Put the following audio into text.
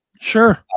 Sure